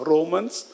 Romans